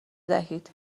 دهید